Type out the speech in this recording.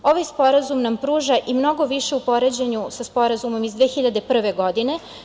Ovaj Sporazum nam pruža i mnogo više u poređenju sa Sporazumom iz 2001. godine.